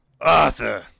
Arthur